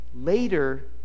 Later